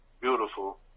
beautiful